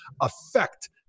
affect